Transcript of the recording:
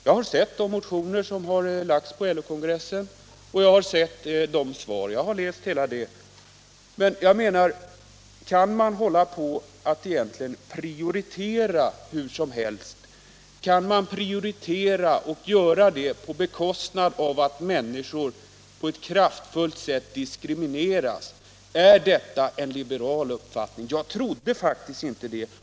Jag har sett de motioner som har väckts till LO-kongressen, och jag har läst svaren på dem. Men kan man prioritera hur som helst? Kan man prioritera vissa frågor om det innebär att en del människor diskrimineras? Är detta en liberal uppfattning? Jag trodde faktiskt inte det.